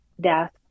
death